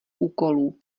úkolů